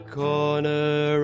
corner